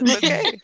okay